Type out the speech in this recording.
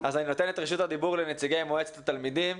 אני נותן את רשות הדיבור לנציגי מועצת התלמידים.